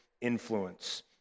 influence